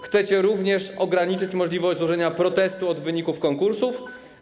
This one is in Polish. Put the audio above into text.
Chcecie również ograniczyć możliwość złożenia protestu od wyników konkursów.